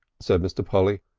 said mr. polly.